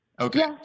Okay